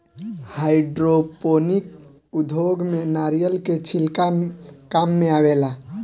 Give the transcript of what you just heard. hydroponic उद्योग में नारिलय के छिलका काम मेआवेला